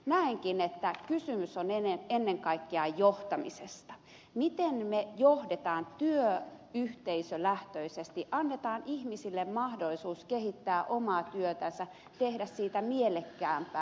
näenkin että kysymys on ennen kaikkea johtamisesta miten me johdamme työyhteisölähtöisesti annamme ihmisille mahdollisuuden kehittää omaa työtänsä tehdä siitä mielekkäämpää